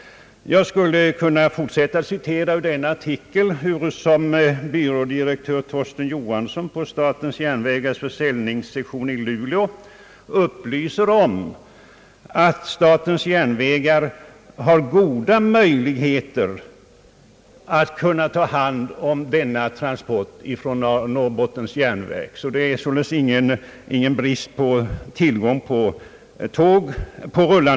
I tidningen omnämnes också att byrådirektör Torsten Johansson på SJ:s försäljningssektion i Luleå upplyser om att statens järnvägar har goda möjligheter att ta hand om denna transport från Norrbottens järnverk. Det råder således ingen brist på rullande materiel i detta fall.